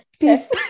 Peace